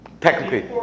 Technically